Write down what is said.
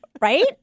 Right